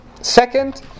Second